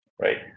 right